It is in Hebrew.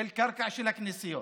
על קרקע של הכנסיות